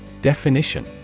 Definition